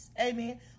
Amen